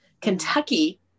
Kentucky